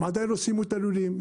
הם עדיין לא סיימו את הלולים,